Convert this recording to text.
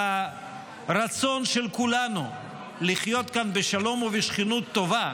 ברצון של כולנו לחיות כאן בשלום ובשכנות טובה,